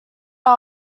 are